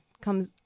comes